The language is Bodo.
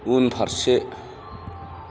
उनफारसे